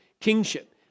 kingship